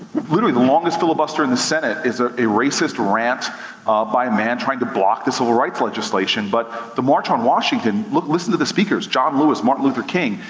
literally the longest fillibuster in the senate, is ah a racist rant by a man trying to block the civil rights legislation. but the march on washington, listen to the speakers. john lewis, martin luther king,